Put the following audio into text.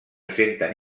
senten